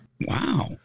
Wow